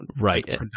right